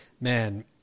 man